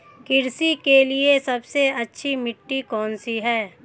कृषि के लिए सबसे अच्छी मिट्टी कौन सी है?